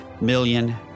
million